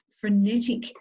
frenetic